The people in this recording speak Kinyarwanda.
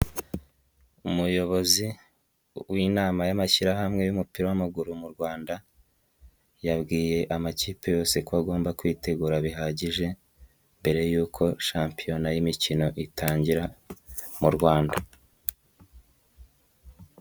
Umuyobozi w'Inama y'Amashyirahamwe y'Umupira w'amaguru mu Rwanda yabwiye amakipe yose ko agomba kwitegura bihagije mbere y'uko shampiyona y'imikino itangira mu Rwanda.